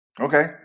Okay